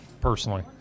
personally